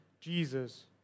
Jesus